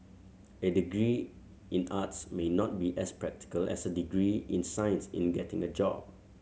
a degree in arts may not be as practical as a degree in science in getting a job